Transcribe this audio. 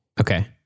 Okay